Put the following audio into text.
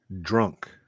Drunk